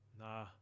Nah